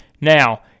Now